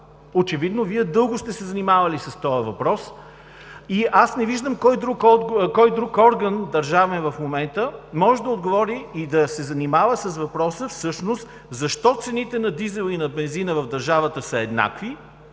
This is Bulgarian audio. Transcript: Очевидно Вие дълго сте се занимавали с този въпрос и аз не виждам кой друг държавен орган в момента може да отговори и да се занимава с въпроса всъщност – защо цените на дизела и на бензина в държавата са еднакви?